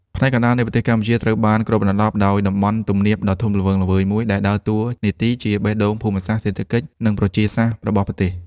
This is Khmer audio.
ផ្នែកកណ្ដាលនៃប្រទេសកម្ពុជាត្រូវបានគ្របដណ្ដប់ដោយតំបន់ទំនាបដ៏ធំល្វឹងល្វើយមួយ ដែលដើរតួនាទីជាបេះដូងភូមិសាស្ត្រ សេដ្ឋកិច្ច និងប្រជាសាស្ត្ររបស់ប្រទេស។